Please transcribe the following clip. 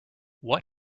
what